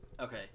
Okay